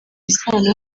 isano